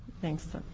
Thanks